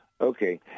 Okay